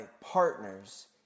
partners